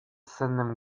sennym